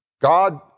God